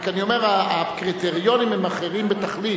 אני רק אומר שהקריטריונים הם אחרים בתכלית.